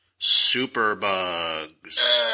Superbugs